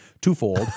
twofold